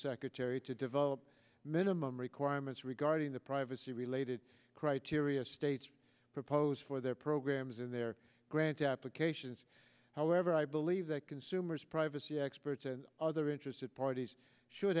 secretary to develop minimum requirements regarding the privacy related criteria states proposed for their programs in their grant applications however i believe that consumers privacy experts and other interested parties should